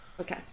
Okay